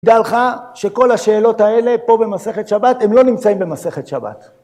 דע לך שכל השאלות האלה פה במסכת שבת הם לא נמצאים במסכת שבת.